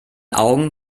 augen